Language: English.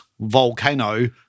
volcano